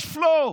Cash flow.